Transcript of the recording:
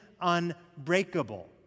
unbreakable